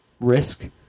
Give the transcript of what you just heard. risk